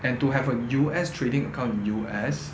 and to have a U_S trading account in U_S